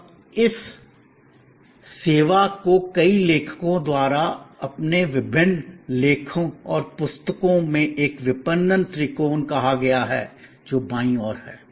अब इस सेवा को कई लेखकों द्वारा अपने विभिन्न लेखों और पुस्तकों में एक विपणन त्रिकोण कहा गया है जो बाईं ओर हैं